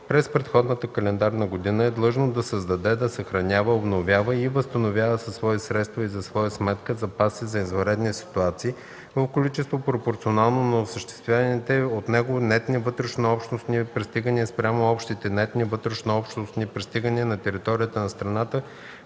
през предходната календарна година, е длъжно да създаде, да съхранява, обновява и възстановява със свои средства и за своя сметка запаси за извънредни ситуации в количество, пропорционално на осъществените от него нетни вътрешнообщностни пристигания спрямо общите нетни вътрешнообщностни пристигания на територията на страната